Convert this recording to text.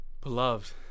Beloved